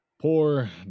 Poor